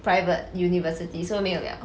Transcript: private university so 没有 liao